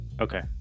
okay